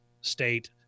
state